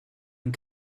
and